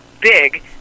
big